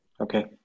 Okay